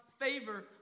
favor